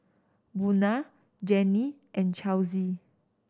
Buna Jannie and Chelsey